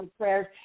prayers